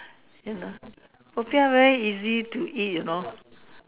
can lah popiah very easy to eat you know